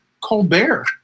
Colbert